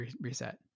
reset